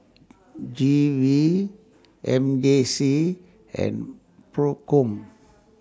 G V M J C and PROCOM